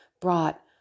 brought